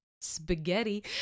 spaghetti